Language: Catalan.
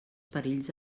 perills